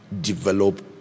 develop